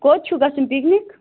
کوٚت چھُو گژھُن پِکنِک